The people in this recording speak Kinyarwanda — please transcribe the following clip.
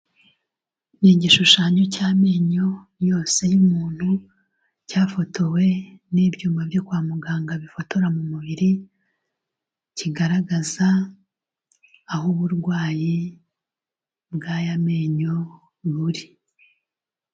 Ni igishushanyo cy'amenyo yose y'umuntu cyafotowe n'ibyuma byo kwa muganga bifotora mu mubiri, kigaragaza aho uburwayi bw'aya menyo buri.